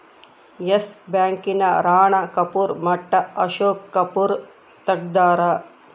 S bank ನ ರಾಣ ಕಪೂರ್ ಮಟ್ಟ ಅಶೋಕ್ ಕಪೂರ್ ತೆಗ್ದಾರ